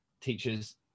teachers